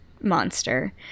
monster